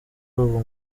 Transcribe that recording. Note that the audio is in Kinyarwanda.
ubu